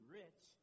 rich